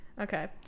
Okay